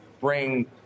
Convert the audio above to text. bring